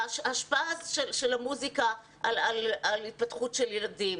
ההשפעה של המוסיקה על ההתפתחות של הילדים.